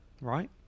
right